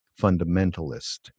fundamentalist